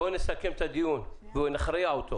בוא נסכם את הדיון ונכריע אותו,